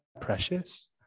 precious